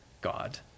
god